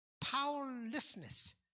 Powerlessness